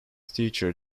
teacher